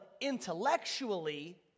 intellectually